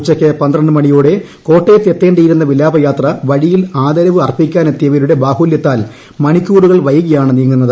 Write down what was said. ഉച്ചയ്ക്ക് മണിയോടെ കോട്ടയത്ത് എത്തേണ്ടിയിരുന്ന വിലാപയാത്ര വഴിയിൽ ആദരവ് അർപ്പിക്കാനെത്തിയവരുടെ ബാഹുല്യത്താൽ മണിക്കൂറുകൾ വൈകിയാണ് നീങ്ങുന്നത്